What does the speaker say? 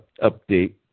update